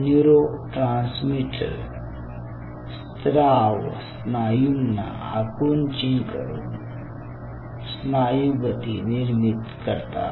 neurotransmitter स्राव स्नायूंना आकुंचित करून स्नायू गती निर्मित करतात